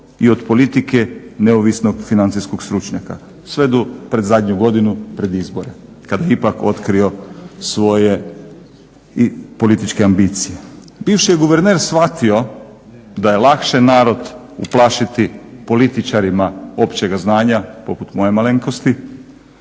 i od politike neovisnog financijskog stručnjaka sve do pred zadnju godinu pred izbore kad je ipak otkrio svoje i političke ambicije. Bivši je guverner shvatio da je lakše narod uplašiti političarima općega znanja, poput moje malenkosti,